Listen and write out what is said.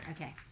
Okay